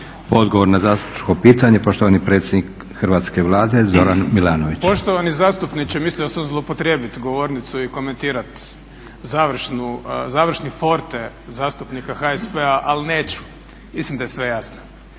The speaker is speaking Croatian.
Odgovor na zastupničko pitanje poštovani predsjednik hrvatske Vlade, poštovani Zoran Milanović. **Milanović, Zoran (SDP)** Poštovani zastupniče, mislio sam zloupotrijebiti govornicu i komentirati završni forte zastupnika HSP-a, ali neću mislim da je sve jasno.